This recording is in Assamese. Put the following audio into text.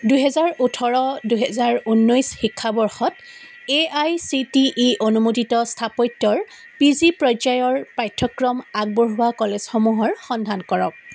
দুহেজাৰ ওঁঠৰ দুহেজাৰ ঊনৈছ শিক্ষাবৰ্ষত A I C T E অনুমোদিত স্থাপত্যৰ পি জি পৰ্যায়ৰ পাঠ্যক্ৰম আগবঢ়োৱা কলেজসমূহৰ সন্ধান কৰক